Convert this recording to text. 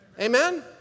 Amen